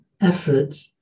effort